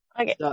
okay